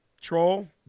troll